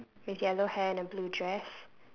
with yellow hair and a blue dress